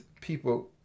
people